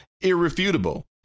irrefutable